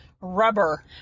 rubber